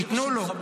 ייתנו לו,